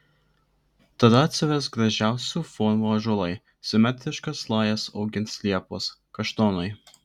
tada atsivers gražiausių formų ąžuolai simetriškas lajas augins liepos kaštonai